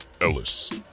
Ellis